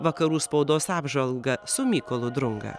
vakarų spaudos apžvalgą su mykolu drunga